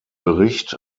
bericht